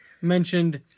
mentioned